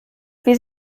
wie